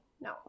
No